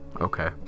Okay